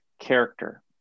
character